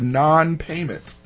non-payment